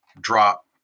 drop